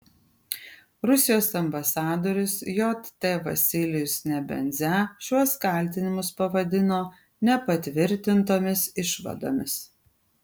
rusijos ambasadorius jt vasilijus nebenzia šiuos kaltinimus pavadino nepatvirtintomis išvadomis